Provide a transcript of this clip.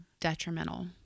detrimental